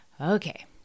Okay